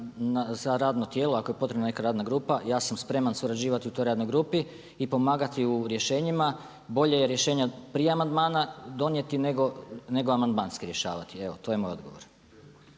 za radno tijelo, ako je potrebna neka radna grupa ja sam spreman surađivati u toj radnoj grupi i pomagati u rješenjima. Bolje je rješenja prije amandmana donijeti nego amandmanski rješavati. Evo, to je moj odgovor.